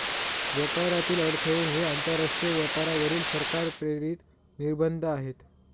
व्यापारातील अडथळे हे आंतरराष्ट्रीय व्यापारावरील सरकार प्रेरित निर्बंध आहेत